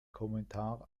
kommentar